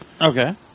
Okay